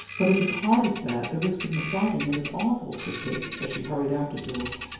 but if his heart is bad, the risk of massaging him is awful, said kate as she hurried after george.